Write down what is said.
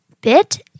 bit